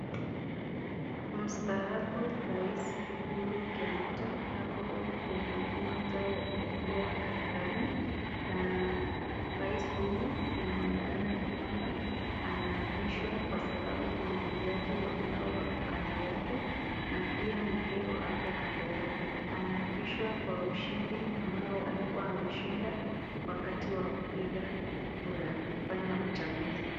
Mstaafu rais Uhuru kenyatta ako kwenye uwanja mkubwa wa kasarani. Rais huyu inaonekana ya kwamba anaapishwa kwa sababu kuna majaji ambao wako kando yake na pia mkeo ako kando yake anaapishwa kwa ushindi ambao alikuwa ameshinda wakati wa kupiga kura kufanya uchaguzi.